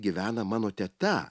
gyvena mano teta